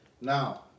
Now